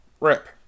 rip